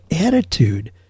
attitude